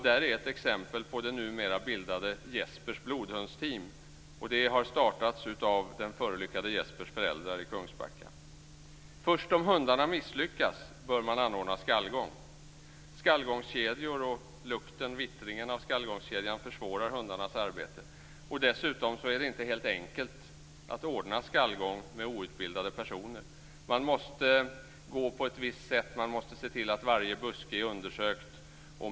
Där är ett exempel det nu bildade Jespers blodhundsteam. Det har startats av den förolyckade Först om hundarna misslyckas bör man anordna skallgång. Lukten efter skallgångskedjan försvårar hundarnas arbete. Dessutom är det inte helt enkelt att ordna en skallgång med outbildade personer. Man måste gå på ett visst sätt. Man måste se till att varje buske är undersökt.